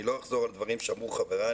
אני לא אחזור על דברים שאמרו חבריי,